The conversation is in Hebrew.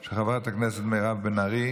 של חברת הכנסת בן ארי?